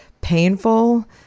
painful